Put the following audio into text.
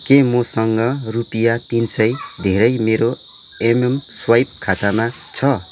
के मसँग रुपियाँ तिन सय धेरै मेरो एम स्वाइप खातामा छ